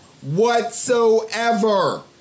whatsoever